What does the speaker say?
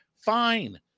fine